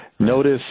notice